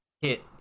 hit